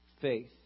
faith